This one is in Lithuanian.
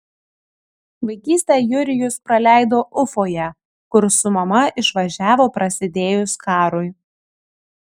vaikystę jurijus praleido ufoje kur su mama išvažiavo prasidėjus karui